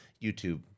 YouTube